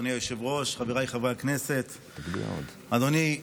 אדוני היושב-ראש, חבריי חברי הכנסת, אדוני השר,